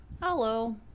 Hello